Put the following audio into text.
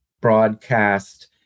broadcast